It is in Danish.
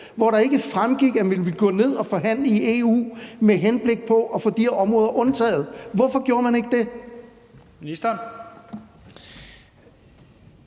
hvor det ikke fremgik, at man ville gå ned og forhandle i EU med henblik på at få de her områder undtaget? Hvorfor gjorde man ikke det?